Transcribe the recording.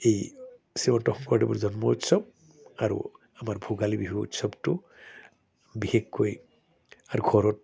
এই শ্ৰীমন্ত শংকৰদেৱৰ জন্ম উৎসৱ আৰু আমাৰ ভোগালী বিহু উৎসৱটো বিশেষকৈ আৰু ঘৰত